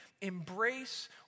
embrace